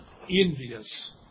envious